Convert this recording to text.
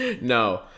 no